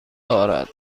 دارد